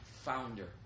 founder